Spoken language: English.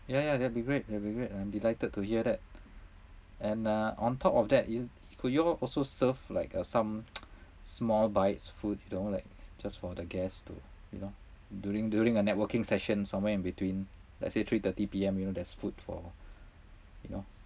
yeah yeah that will be great that will be great I am delighted to hear that and uh on top of that is could you all also serve like uh some small bites food you know like just for the guests to you know during during a networking session somewhere in between let's say three thirty P_M you know there's food for you know